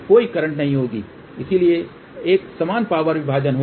कोई करंट नहीं होगा इसलिए एक समान पावर विभाजन होगा